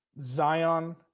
Zion